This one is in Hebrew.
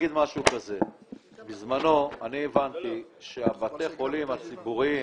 בזמנו אני הבנתי שבתי החולים הציבוריים,